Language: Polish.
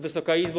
Wysoka Izbo!